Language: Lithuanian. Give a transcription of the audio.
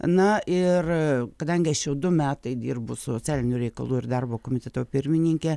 na ir kadangi aš jau du metai dirbu socialinių reikalų ir darbo komiteto pirmininke